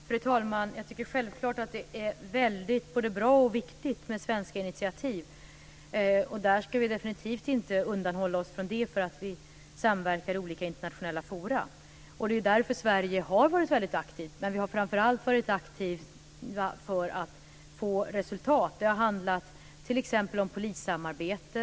Fru talman! Jag tycker självklart att det är väldigt både bra och viktigt med svenska initiativ. Och vi ska definitivt inte undanhålla oss från det därför att vi samverkar i olika internationella forum. Det är därför som Sverige har varit väldigt aktivt. Men vi har framför allt varit aktiva för att få resultat. Det har handlat t.ex. om polissamarbete.